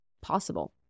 possible